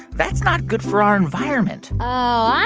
that's not good for our environment oh,